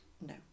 No